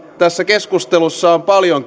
tässä keskustelussa on paljon